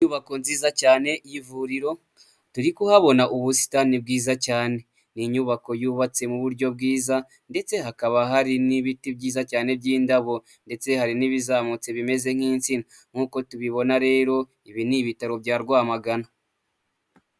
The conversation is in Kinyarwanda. Inyubako nziza cyane y'ivuriro turi kuhabona ubusitani bwiza cyane, ni inyubako yubatse mu buryo bwiza ndetse hakaba hari n'ibiti byiza cyane by'indabo ndetse hari n'ibizamutse bimeze nk'insina, nk'uko tubibona rero ibi ni ibitaro bya Rwamagana.